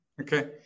Okay